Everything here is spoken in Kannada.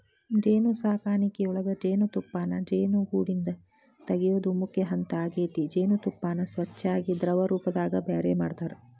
ಜೇನುಸಾಕಣಿಯೊಳಗ ಜೇನುತುಪ್ಪಾನ ಜೇನುಗೂಡಿಂದ ತಗಿಯೋದು ಮುಖ್ಯ ಹಂತ ಆಗೇತಿ ಜೇನತುಪ್ಪಾನ ಸ್ವಚ್ಯಾಗಿ ದ್ರವರೂಪದಾಗ ಬ್ಯಾರೆ ಮಾಡ್ತಾರ